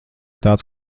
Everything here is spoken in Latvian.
tāds